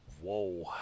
Whoa